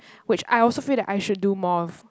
which I also feel that I should do more of